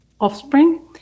offspring